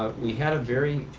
ah we had a very